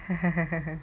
嘿嘿嘿嘿嘿